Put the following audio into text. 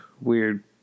weird